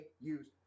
use